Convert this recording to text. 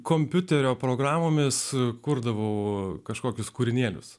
kompiuterio programomis sukurdavau kažkokius kūrinėlius